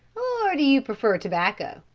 or do you prefer tobacco?